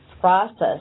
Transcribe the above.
process